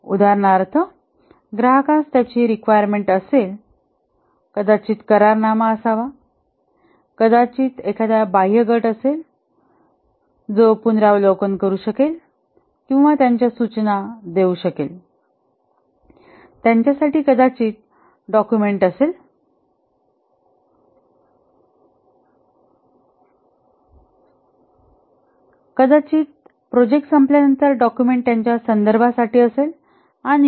उदाहरणार्थ ग्राहकास त्याची रिक्वायरमेंट असेल कदाचित करार नामा असावा कदाचित एखादा बाह्य गट असेल जो पुनरावलोकन करू शकेल किंवा त्यांच्या सूचना देऊ शकेल त्यांच्यासाठी कदाचित डॉक्युमेंट असेल कदाचित प्रोजेक्ट संपल्यानंतर डॉक्युमेंट त्यांच्या संदर्भा साठी असेल आणि इतर